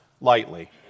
lightly